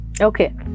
Okay